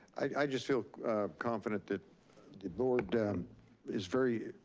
i just feel confident that the board is very,